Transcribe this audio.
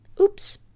Oops